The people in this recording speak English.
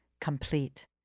complete